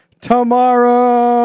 tomorrow